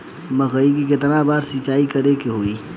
मकई में केतना बार सिंचाई करे के होई?